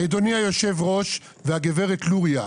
אדוני היושב ראש והגברת לוריא,